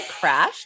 crash